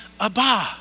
Abba